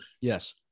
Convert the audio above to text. yes